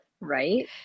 Right